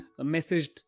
messaged